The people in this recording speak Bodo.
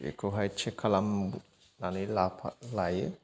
बेखौहाय चेक खालामनानै लायो